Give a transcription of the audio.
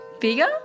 bigger